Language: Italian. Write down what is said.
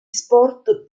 sport